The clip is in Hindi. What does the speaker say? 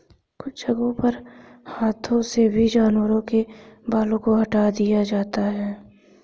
कुछ जगहों पर हाथों से भी जानवरों के बालों को हटा दिया जाता है